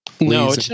No